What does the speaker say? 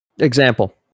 Example